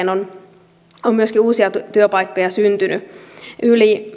on on myöskin uusia työpaikkoja syntynyt yli